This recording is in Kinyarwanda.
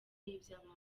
n’iby’abandi